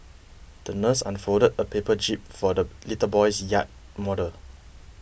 the nurse unfolded a paper jib for the little boy's yacht model